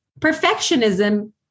perfectionism